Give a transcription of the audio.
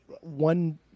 one